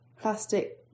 plastic